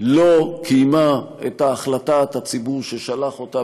לא קיים את החלטת הציבור ששלח אותה,